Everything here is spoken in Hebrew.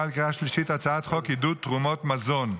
ולקריאה שלישית הצעת חוק עידוד תרומת מזון.